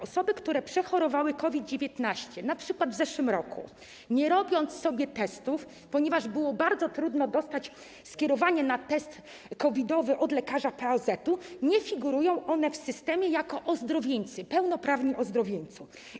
Osoby, które przechorowały COVID-19, np. w zeszłym roku, bez zrobienia sobie testów, ponieważ było bardzo trudno dostać skierowanie na test COVID-owy od lekarza POZ-u, nie figurują w systemie jako ozdrowieńcy, pełnoprawni ozdrowieńcy.